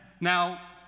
Now